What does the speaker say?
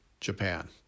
Japan